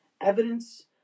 Evidence